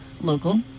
local